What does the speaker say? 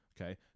Okay